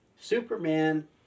Superman